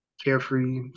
carefree